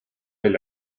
veel